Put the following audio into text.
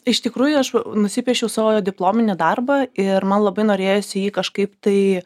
iš tikrųjų aš nusipiešiu savo diplominį darbą ir man labai norėjosi jį kažkaip tai